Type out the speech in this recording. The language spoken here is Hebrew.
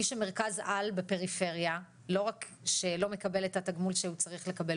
מי שמרכז על בפריפריה - לא רק שלא מקבל את התגמול שהוא צריך לקבל,